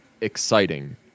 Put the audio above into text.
exciting